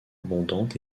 abondante